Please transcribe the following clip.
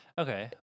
Okay